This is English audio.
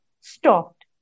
stopped